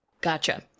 Gotcha